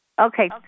Okay